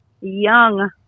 young